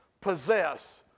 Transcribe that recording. possess